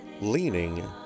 Leaning